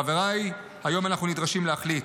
חבריי, היום אנחנו נדרשים להחליט,